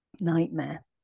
nightmare